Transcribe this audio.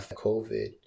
COVID